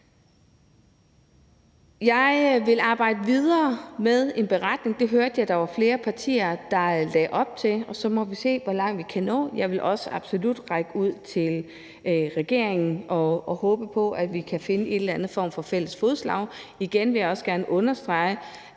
Jeg vil arbejde videre med en beretning. Det hørte jeg at der var flere partier der lagde op til, og så må vi se, hvor langt vi kan nå. Jeg vil absolut også række ud til regeringen og håbe på, at vi kan finde en eller anden form for fælles fodslag. Igen vil jeg også gerne understrege,